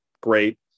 Great